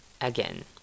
Again